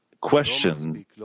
question